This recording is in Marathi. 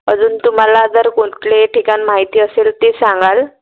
अजून तुम्हाला जर कुठलेही ठिकान माहिती असेल ते सांगाल